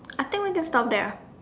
I think we just stop there